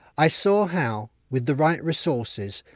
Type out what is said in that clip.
i saw how with the right resources,